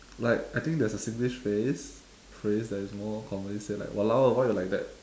like I think there's a singlish phrase phrase that is more commonly said like !walao! why you like that